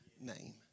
name